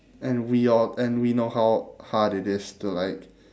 and we are and we know how hard it is to like